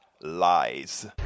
lies